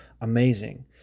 amazing